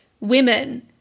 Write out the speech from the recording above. women